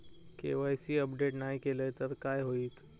KYC update नाय केलय तर काय होईत?